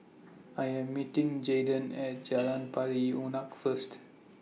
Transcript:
I Am meeting Jaydon At Jalan Pari Unak First